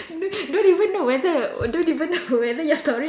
don't don't even know whether don't even know whether your storage